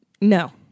No